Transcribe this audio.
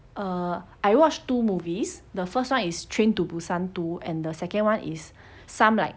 err I watch two movies the first [one] is train to busan two and the second [one] is some like